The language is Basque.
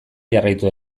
jarraitu